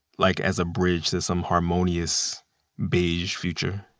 like as a bridge to some harmonious beige future,